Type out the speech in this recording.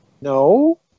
No